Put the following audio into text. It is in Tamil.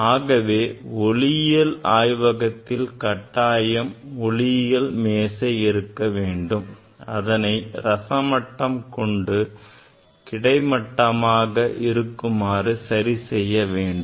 ஆகவே ஒளியியல் ஆய்வகத்தில் கட்டாயம் ஒளியியல் மேசை இருக்க வேண்டும் அதனை ரசமட்டத்தைக் கொண்டு கிடைமட்டமாக இருக்குமாறு சரி செய்ய வேண்டும்